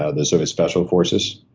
ah the soviet special forces.